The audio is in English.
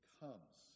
comes